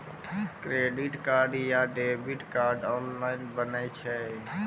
Credit card या debit card online बनै छै?